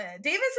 Davis